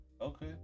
Okay